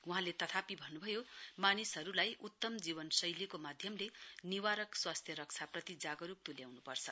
वहाँले तथापि भन्नु ऊयो मानिसहरूलाई उचित जीवनशैलीको माध्यमले स्वास्थ्य रक्षाप्रति जागरूक तुल्याउनु पर्छ